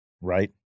Right